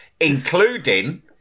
including